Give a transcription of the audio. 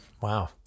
Wow